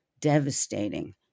devastating